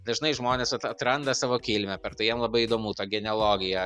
dažnai žmonės at atranda savo kilmę per tai jam labai įdomu ta genealogija